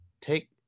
Take